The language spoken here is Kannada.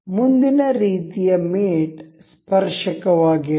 ಮುಂದಿನ ರೀತಿಯ ಮೇಟ್ ಸ್ಪರ್ಶಕವಾಗಿರುವದು